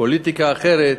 פוליטיקה אחרת,